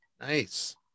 nice